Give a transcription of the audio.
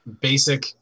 basic